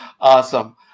Awesome